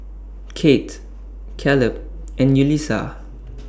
Kate Caleb and Yulisa